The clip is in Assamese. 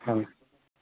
হয়